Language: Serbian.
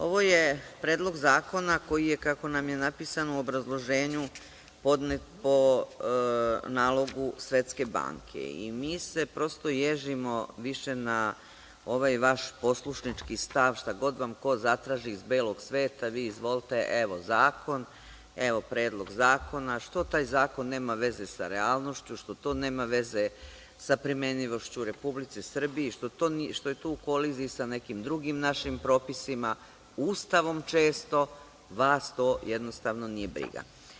Ovo je Predlog zakona, kako nam je napisano u obrazloženju, podnet po nalogu Svetske banke i mi se prosto ježimo više na ovaj vaš poslušnički stav, šta god vam ko zatraži iz belog sveta, vi izvolite, evo zakon, evo predlog zakona, a što taj zakon nema veze sa realnošću, što nema veze sa primenljivošću u Republici Srbiji, što je to u koliziji sa nekim drugim našim propisima, Ustavom često, vas to jednostavno nije briga.